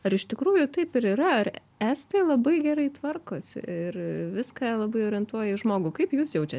ar iš tikrųjų taip ir yra ar estai labai gerai tvarkosi ir viską labai orientuoja į žmogų kaip jūs jaučiat